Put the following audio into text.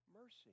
mercy